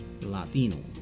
Latino